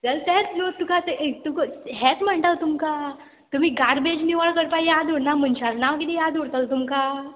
जाल्यार तेच न्हू तुका तें तुका हेंत म्हणटाल तुमकां तुमी गार्बेज निवळ करपा याद उरना मनशाक नांव किदें याद उरतलो तुमकां